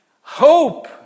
Hope